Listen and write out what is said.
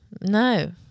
no